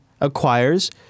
acquires